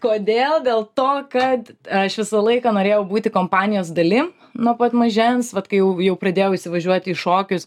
kodėl dėl to kad aš visą laiką norėjau būti kompanijos dalim nuo pat mažens vat kai jau jau pradėjau įsivažiuoti į šokius